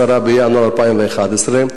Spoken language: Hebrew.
10 בינואר 2011,